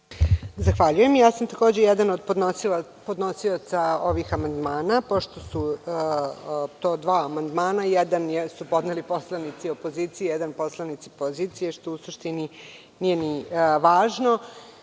Zahvaljujem. Takođe sam jedan od podnosilaca ovih amandmana, pošto su to dva amandmana, jedan su podneli poslanici opozicije, a jedan poslanici pozicije, što u suštini nije ni